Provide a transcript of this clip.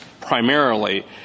primarily